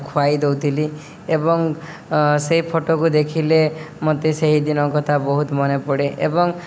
ଖୁଆଇ ଦେଉଥିଲି ଏବଂ ସେଇ ଫଟୋକୁ ଦେଖିଲେ ମୋତେ ସେହିଦିନ କଥା ବହୁତ ମନେ ପଡ଼େ ଏବଂ